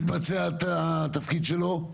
מתבצע, התפקיד שלו?